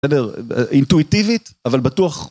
בסדר, אינטואיטיבית אבל בטוח